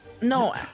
No